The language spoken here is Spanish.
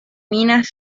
minas